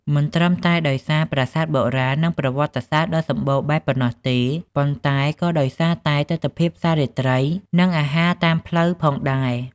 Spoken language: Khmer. មិនត្រឹមតែដោយសារប្រាសាទបុរាណ និងប្រវត្តិសាស្ត្រដ៏សម្បូរបែបប៉ុណ្ណោះទេ ប៉ុន្តែក៏ដោយសារតែទិដ្ឋភាពផ្សាររាត្រី និងអាហារតាមផ្លូវផងដែរ។